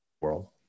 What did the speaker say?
world